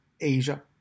Asia